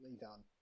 done